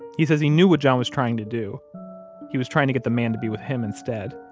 he says he knew what john was trying to do he was trying to get the man to be with him instead.